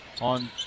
on